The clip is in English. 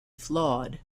flawed